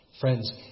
Friends